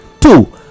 two